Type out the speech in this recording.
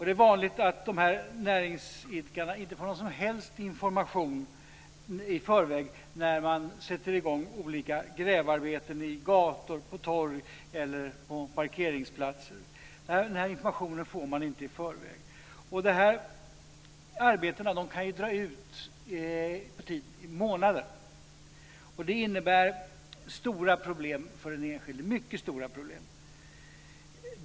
Det är vanligt att de här näringsidkarna inte får någon som helst information i förväg när man sätter i gång olika grävarbeten på gator och torg eller vid parkeringsplatser. Den informationen får man inte i förväg. De här arbetena kan ju dra ut på tiden i månader. Det innebär stora problem, mycket stora problem, för den enskilde.